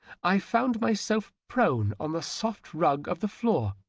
i found myself prone on the soft rug of the floor,